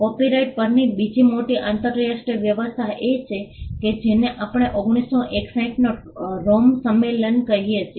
copyright પરની બીજી મોટી આંતરરાષ્ટ્રીય વ્યવસ્થા એ છે કે જેને આપણે 1961 નો રોમ સંમેલન કહીએ છીએ